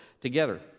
together